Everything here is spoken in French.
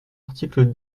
article